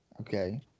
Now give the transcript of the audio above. Okay